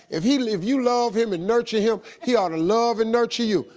if he live, you love him, and nurture him, he oughta love and nurture you.